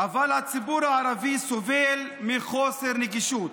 אבל הציבור הערבי סובל מחוסר נגישות.